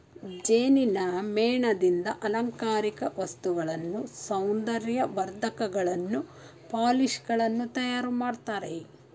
ಜೇನಿನ ಮೇಣದಿಂದ ಅಲಂಕಾರಿಕ ವಸ್ತುಗಳನ್ನು, ಸೌಂದರ್ಯ ವರ್ಧಕಗಳನ್ನು, ಪಾಲಿಶ್ ಗಳನ್ನು ತಯಾರು ಮಾಡ್ತರೆ